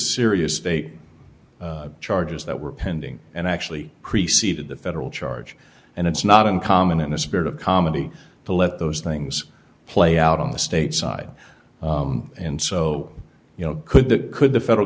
serious state charges that were pending and actually preceded the federal charge and it's not uncommon in the spirit of comedy to let those things play out on the state side and so you know could that could the federal